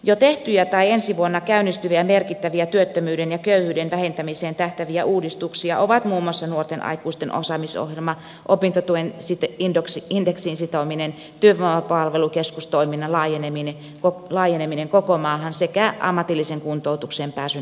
jo tehtyjä tai ensi vuonna käynnistyviä merkittäviä työttömyyden ja köyhyyden vähentämiseen tähtääviä uudistuksia ovat muun muassa nuorten aikuisten osaamisohjelma opintotuen indeksiin sitominen työvoimanpalvelukeskustoiminnan laajeneminen koko maahan sekä ammatilliseen kuntoutukseen pääsyn helpottaminen